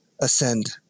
ascend